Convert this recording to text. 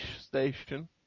station